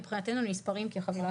מבחינתנו הם נספרים כחבילה אחת.